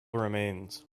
remains